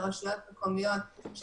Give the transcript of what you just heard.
שינוי בתמהיל הכוח ברשויות המקומיות האלה,